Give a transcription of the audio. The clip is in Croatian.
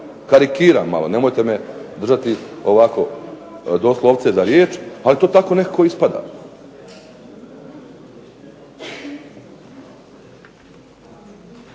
Karikiram malo, nemojte me držati ovako doslovce za riječ, ali to tako nekako ispada.